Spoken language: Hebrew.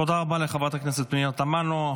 תודה רבה לחברת הכנסת פנינה תמנו.